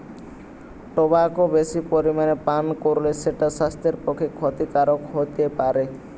tobacco বেশি পরিমাণে পান কোরলে সেটা সাস্থের প্রতি ক্ষতিকারক হোতে পারে